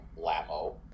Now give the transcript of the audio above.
Lamo